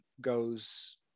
goes